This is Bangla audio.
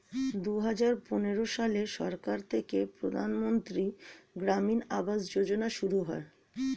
দুহাজার পনেরো সালে সরকার থেকে প্রধানমন্ত্রী গ্রামীণ আবাস যোজনা শুরু হয়